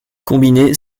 combinés